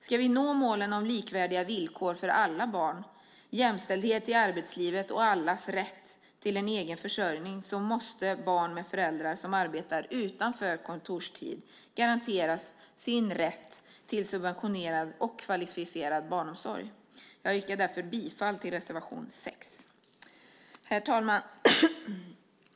Ska vi nå målen om likvärdiga villkor för alla barn, jämställdhet i arbetslivet och allas rätt till egen försörjning måste barn med föräldrar som arbetar utanför kontorstid garanteras sin rätt till subventionerad och kvalificerad barnomsorg. Jag yrkar därför bifall till reservation 6. Herr talman!